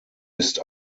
ist